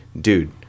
dude